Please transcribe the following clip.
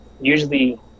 usually